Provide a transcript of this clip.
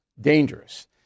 dangerous